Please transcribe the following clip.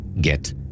get